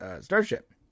starship